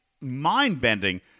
mind-bending